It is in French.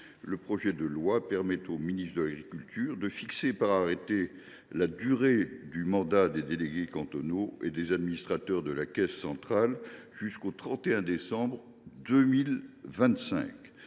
ce texte permettra au ministre de l’agriculture de fixer par arrêté la durée du mandat des délégués cantonaux et des administrateurs de la caisse centrale jusqu’au 31 décembre 2025.